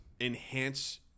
enhance